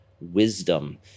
wisdom